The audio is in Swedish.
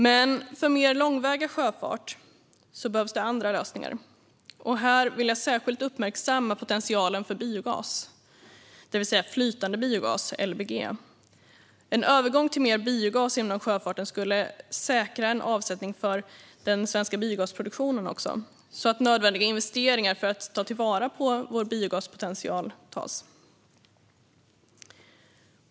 Men för mer långväga sjöfart behövs det andra lösningar. Här vill jag särskilt uppmärksamma potentialen för flytande biogas, LBG. En övergång till mer biogas inom sjöfarten skulle också säkra en avsättning för den svenska biogasproduktionen, så att nödvändiga investeringar görs för att ta till vara vår biogaspotential.